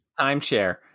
Timeshare